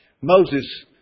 Moses